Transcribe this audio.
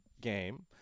game